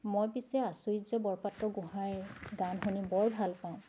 মই পিছে আচুৰ্য বৰপাত্ৰ গোঁহাইৰ গান শুনি বৰ ভাল পাওঁ